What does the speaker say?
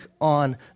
on